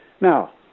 now